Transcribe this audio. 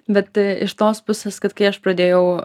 bet iš tos pusės kad kai aš pradėjau